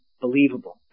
believable